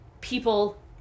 people